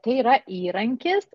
tai yra įrankis